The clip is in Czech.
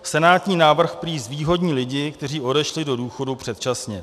Senátní návrh prý zvýhodní lidi, kteří odešli do důchodu předčasně.